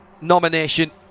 nomination